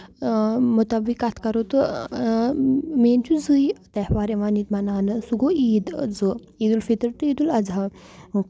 مُطٲبِق کَتھ کرو تہٕ مین چھُ زٕے تہوار یِوان ییٚتہِ مَناونہٕ سُہ گوٚو عیٖد زٕ عیٖدالفِتٕر تہٕ عیٖدالاضحی